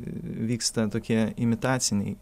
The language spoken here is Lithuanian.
vyksta tokie imitaciniai